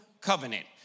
covenant